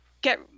get